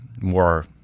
more